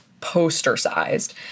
poster-sized